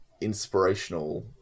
inspirational